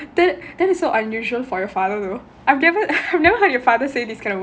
oh that that is so unusual for your father though I have never heard your father say these kind of words before